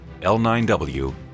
L9W